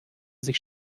sich